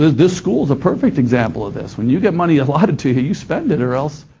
this school's a perfect example of this. when you get money allotted to you, you spend it or else,